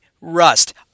Rust